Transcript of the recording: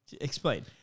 Explain